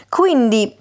quindi